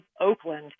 Oakland